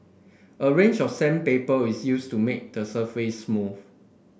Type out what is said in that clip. a range of sandpaper is used to make the surface smooth